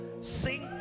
sing